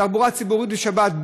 תחבורה ציבורית בשבת,